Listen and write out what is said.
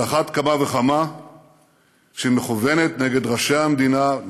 ועל אחת כמה וכמה כשהיא מכוונת נגד ראשי המדינה,